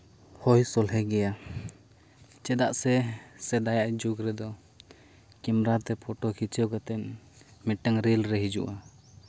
ᱦᱳᱭ ᱥᱚᱞᱦᱮ ᱜᱮᱭᱟ ᱪᱮᱫᱟᱜ ᱥᱮ ᱥᱮᱫᱟᱭᱟᱜ ᱡᱩᱜᱽ ᱨᱮᱫᱚ ᱠᱮᱢᱮᱨᱟᱛᱮ ᱯᱷᱚᱴᱳ ᱠᱷᱤᱪᱟᱹᱣ ᱠᱟᱛᱮᱫ ᱢᱤᱫᱴᱟᱹᱝ ᱨᱤᱞ ᱨᱮ ᱦᱤᱡᱩᱜᱼᱟ